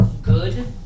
good